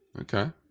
Okay